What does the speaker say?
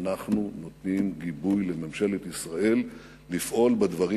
אנחנו נותנים גיבוי לממשלת ישראל לפעול בדברים